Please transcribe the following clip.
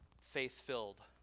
faith-filled